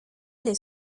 les